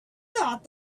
thought